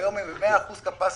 היום היא ב-100% תפוסה,